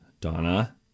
Donna